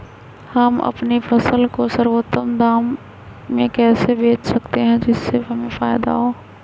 हम अपनी फसल को सर्वोत्तम दाम में कैसे बेच सकते हैं जिससे हमें फायदा हो?